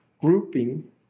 grouping